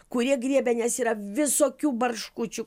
kurie griebia nes yra visokių barškučių